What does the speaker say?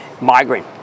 migraine